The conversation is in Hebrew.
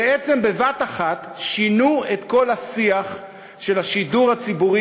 בעצם בבת-אחת שינו את כל השיח של השידור הציבורי